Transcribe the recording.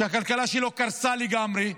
שהכלכלה שלו קרסה לגמרי,